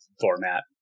format